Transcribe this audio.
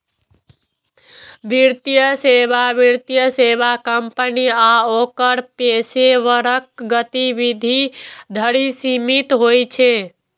वित्तीय सेवा वित्तीय सेवा कंपनी आ ओकर पेशेवरक गतिविधि धरि सीमित होइ छै